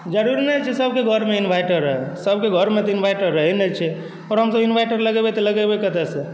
जरुरी नहि छै सबकेँ घरमे इनवैटर रहै सबकेँ घरमे तऽ इनवैटर रहै नहि छै आओर हमसब इनवैटर लगेबै तऽ लगेबै कतऽ सँ